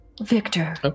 Victor